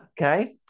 Okay